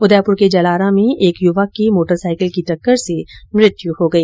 उदयपुर के जलारा में एक युवक की मोटरसाईकिल की टक्कर से मृत्यु हो गई